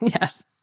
yes